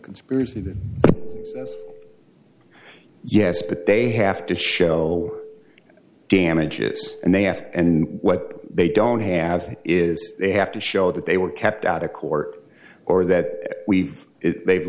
conspiracy that yes but they have to show damages and they have and what they don't have is they have to show that they were kept out of court or that we've they've